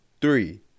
three